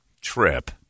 Trip